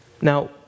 Now